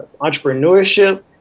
entrepreneurship